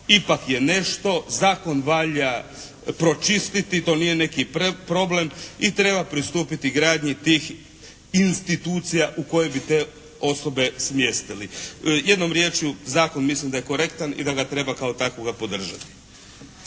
ipak je nešto. Zakon valja pročistiti. To nije neki problem i treba pristupiti gradnji tih institucija u koje bi te osobe smjestili. Jednom riječju zakon mislim da je korektan i da ga treba kao takvoga podržati.